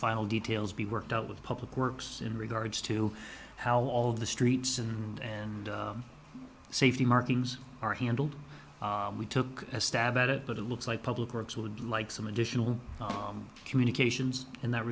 final details be worked out with public works in regards to how all of the streets and and safety markings are handled we took a stab at it but it looks like public works would like some additional communications in that